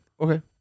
Okay